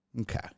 Okay